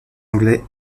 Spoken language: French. anglais